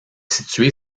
situé